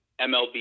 MLB